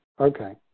okay